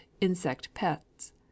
insect-pets